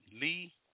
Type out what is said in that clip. Lee